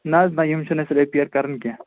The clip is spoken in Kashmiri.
نَہ حظ نَہ یِم چھِنہٕ أسۍ رٮ۪پیر کَران کیٚنٛہہ